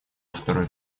второй